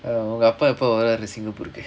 உங்க அப்பா எப்போ வராரு:unga appa eppo varaaru singapore